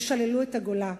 ששללו את הגולה.